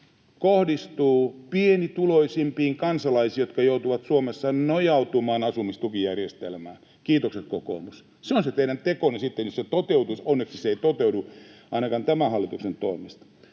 kohdistuu pienituloisimpiin kansalaisiin, jotka joutuvat Suomessa nojautumaan asumistukijärjestelmään. Kiitokset, kokoomus — se on se teidän tekonne sitten. Onneksi se ei toteudu ainakaan tämän hallituksen toimesta.